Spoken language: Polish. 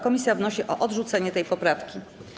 Komisja wnosi o odrzucenie tej poprawki.